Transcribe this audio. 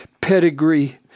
pedigree